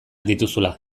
dituzula